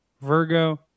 Virgo